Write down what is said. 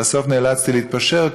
בסוף נאלצתי להתפשר,